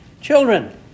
children